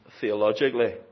theologically